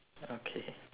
okay